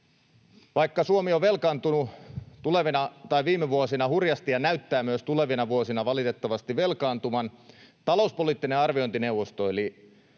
Vaikka Suomi on velkaantunut viime vuosina hurjasti ja näyttää myös tulevina vuosina valitettavasti velkaantuvan, talouspoliittinen arviointineuvosto, eli